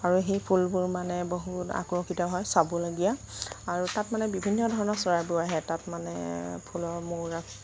আৰু সেই ফুলবোৰ মানে বহুত আকৰ্ষিত হয় চাবলগীয়া আৰু তাত মানে বিভিন্ন ধৰণৰ চৰাইবোৰ আহে তাত মানে ফুলৰ মৌ ৰস